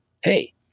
hey